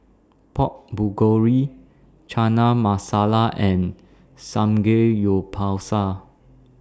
Pork Bulgori Chana Masala and Samgeyopsal